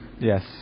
Yes